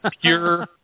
Pure